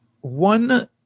one